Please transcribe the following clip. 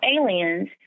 aliens